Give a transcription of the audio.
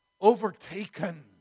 overtaken